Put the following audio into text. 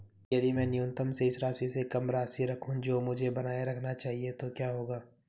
यदि मैं न्यूनतम शेष राशि से कम राशि रखूं जो मुझे बनाए रखना चाहिए तो क्या होगा?